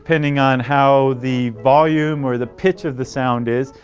depending on how the volume or the pitch of the sound is,